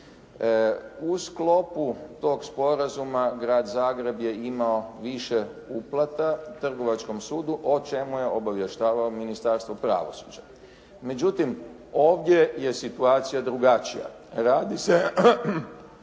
U sklopu tog sporazuma grad Zagreb je imao više uplata trgovačkom sudu o čemu je obavještavao Ministarstvo pravosuđa. Međutim, ovdje je situacija drugačija. Radi se